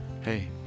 Hey